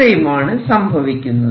ഇത്രയുമാണ് സംഭവിക്കുന്നത്